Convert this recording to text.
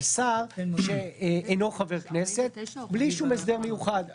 מי שאינו חבר כנסת בלי שום הסדר מיוחד.